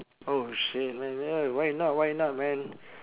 oh shit man uh why not why not man